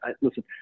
listen